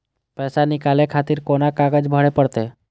पैसा नीकाले खातिर कोन कागज भरे परतें?